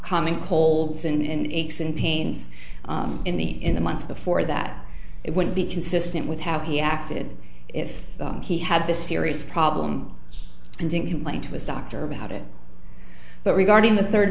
common colds and aches and pains in the in the months before that it would be consistent with how he acted if he had this serious problem and didn't complain to his doctor about it but regarding the third